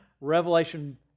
revelation